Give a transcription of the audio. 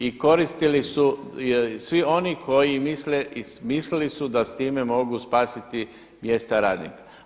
I koristili su je svi oni koji misle i mislili su da s time mogu spasiti mjesta radnika.